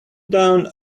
down